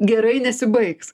gerai nesibaigs